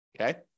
okay